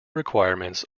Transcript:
requirements